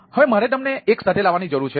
હવે મારે તેમને એક સાથે લાવવાની જરૂર છે